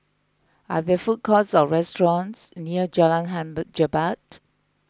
are there food courts or restaurants near Jalan Hang bar Jebat